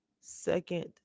second